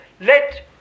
let